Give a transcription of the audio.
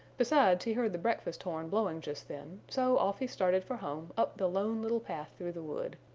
besides, he heard the breakfast horn blowing just then, so off he started for home up the lone little path through the wood.